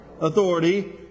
authority